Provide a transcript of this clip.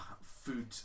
food